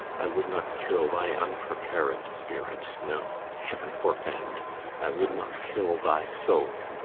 i would not kill thy unprepared spirit no heaven forfend i would not kill thy soul.